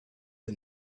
the